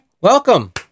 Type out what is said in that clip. Welcome